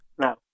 No